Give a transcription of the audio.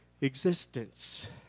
existence